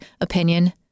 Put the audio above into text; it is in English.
opinion